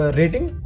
rating